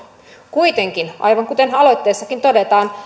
kuitenkin aivan kuten aloitteessakin todetaan